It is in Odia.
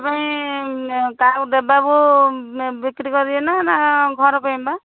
କାହାକୁ ଦେବାକୁ ବିକ୍ରି କରିବା ନା ନା ଘର ପାଇଁମା